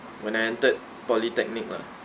when I entered polytechnic lah